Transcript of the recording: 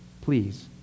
Please